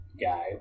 guy